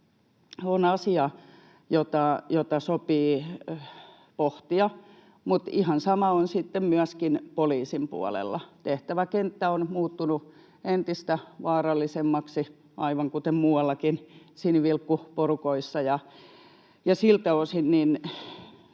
on asia, jota sopii pohtia. Mutta ihan sama on sitten myöskin poliisin puolella. Tehtäväkenttä on muuttunut entistä vaarallisemmaksi aivan kuten muuallakin sinivilkkuporukoissa. Siltä osin